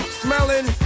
smelling